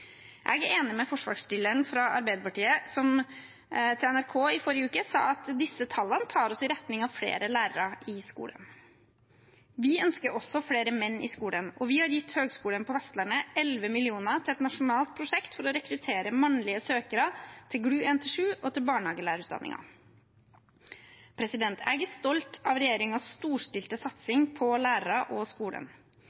Jeg er enig med forslagsstilleren fra Arbeiderpartiet som til NRK i forrige uke sa at disse tallene tar oss i retning av flere lærere i skolen. Vi ønsker også flere menn i skolen, og vi har gitt Høgskulen på Vestlandet 11 mill. kr til et nasjonalt prosjekt for å rekruttere mannlige søkere til GLU 1–7 og til barnehagelærerutdanningene. Jeg er stolt av regjeringens storstilte